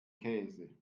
käse